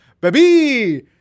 baby